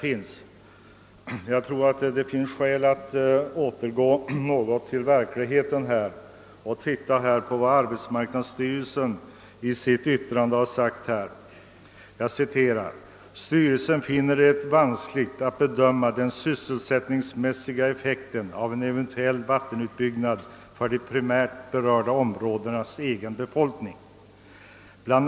Jag tror emellertid att det finns skäl att något återgå till verkligheten, och jag vill citera följande ur arbetsmarknadsstyrelsens yttrande: »Styrelsen finner det vanskligt att bedöma den sysselsättningsmässiga effekten av en eventuell vattenutbyggnad för de primärt berörda områdenas egna befolkning. Bl.